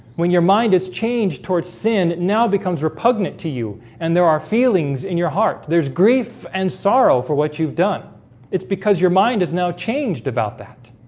when your mind has changed towards sin now becomes repugnant to you and there are feelings in your heart there's grief and sorrow for what you've done it's because your mind has now changed about that